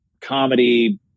comedy